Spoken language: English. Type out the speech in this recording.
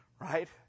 right